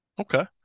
okay